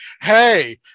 Hey